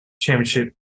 championship